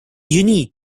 unique